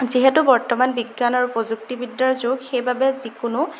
যিহেতু বৰ্তমান বিজ্ঞান আৰু প্ৰযুক্তিবিদ্যাৰ যুগ সেইবাবে যিকোনো